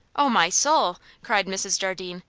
oh, my soul! cried mrs. jardine,